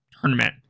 tournament